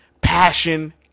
passion